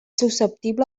susceptible